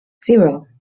zero